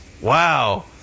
Wow